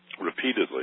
repeatedly